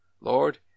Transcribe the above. Lord